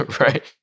Right